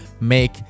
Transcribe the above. make